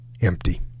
empty